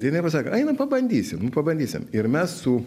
jinai pasakė einam pabandysim pabandysim ir mes su